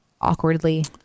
awkwardly